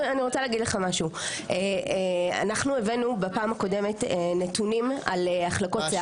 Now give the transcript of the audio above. אנחנו הבאנו בפעם הקודמת נתונים על החלקות שיער.